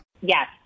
Yes